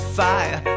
fire